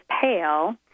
pale